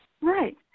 Right